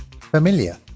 familiar